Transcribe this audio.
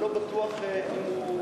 אני לא בטוח אם הוא,